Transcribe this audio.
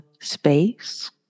space